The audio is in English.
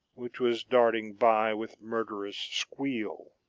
which was darting by with murderous squeal.